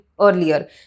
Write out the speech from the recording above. earlier